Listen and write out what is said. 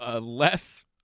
less